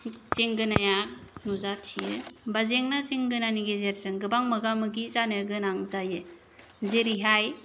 जेंगोनाया नुजाथियो एबा जेंना जेंगोनानि गेजेरजों गोबां मोगा मोगि जानो गोनां जायो जेरैहाय